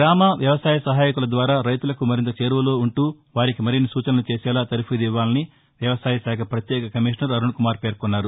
గ్రామ వ్యవసాయ సహాయకుల ద్వారా రైతులకు మరింత చేరువలో ఉంటూ వారికి మరిన్ని సూచనలు చేసేలా తర్పీదునివ్వాలని వ్యవసాయ శాఖ ప్రత్యేక కమిషనర్ అరుణ్కుమార్ పేర్కొన్నారు